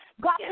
god